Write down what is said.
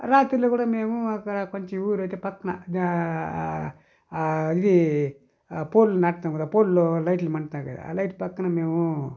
రాత్రిలో కూడా మేము ఒక కొంచెం ఈ ఊరు అయితే పక్కన ఇది పోల్లు నాటుతాం కదా పోల్లు లైట్లు మండుతాయి కదా ఆ లైట్ పక్కన మేము